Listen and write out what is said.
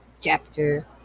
Chapter